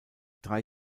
drei